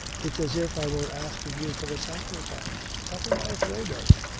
it's as if i were asking you for a sacrifice. what am i afraid of?